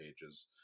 pages